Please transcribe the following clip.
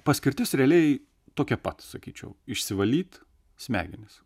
paskirtis realiai tokia pat sakyčiau išsivalyt smegenis